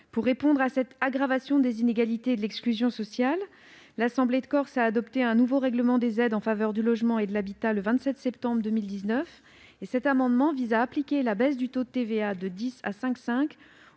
Pour répondre à cette aggravation des inégalités et de l'exclusion sociale, l'Assemblée de Corse a adopté un nouveau règlement des aides en faveur du logement et de l'habitat le 27 septembre 2019. Cet amendement vise à appliquer la baisse du taux de TVA, de 10 % à 5,5